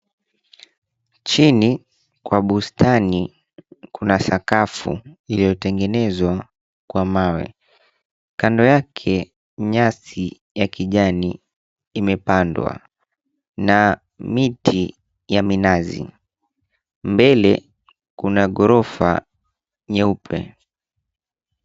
Chini, kuna bustani, kuna sakafu iliyotengenezwa kwa mawe. Kando yake, nyasi ya kijani imepandwa na miti ya minazi. Mbele, kuna ghorofa nyeupe.